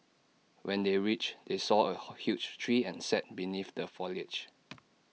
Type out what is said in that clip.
when they reached they saw A huge tree and sat beneath the foliage